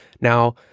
Now